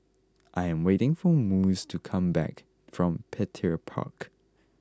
I am waiting for Mose to come back from Petir Park